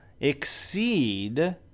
exceed